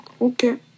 Okay